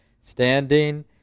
standing